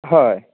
हय